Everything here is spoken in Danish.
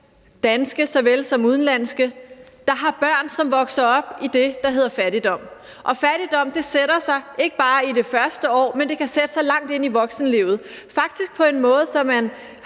danske såvel som udenlandske – der har børn, som vokser op i det, der hedder fattigdom. Og fattigdom sætter sig – ikke bare i det første år, men langt ind i voksenlivet – faktisk på en måde, så man